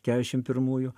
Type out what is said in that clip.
keturiasdešim pirmųjų